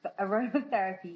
aromatherapy